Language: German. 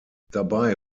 dabei